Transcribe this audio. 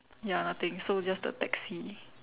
ya nothing so just the taxi